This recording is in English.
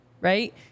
right